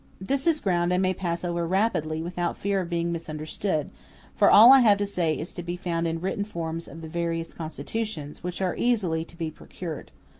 this is ground i may pass over rapidly, without fear of being misunderstood for all i have to say is to be found in written forms of the various constitutions, which are easily to be procured.